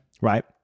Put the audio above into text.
right